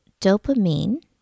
dopamine